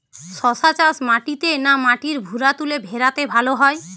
শশা চাষ মাটিতে না মাটির ভুরাতুলে ভেরাতে ভালো হয়?